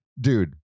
dude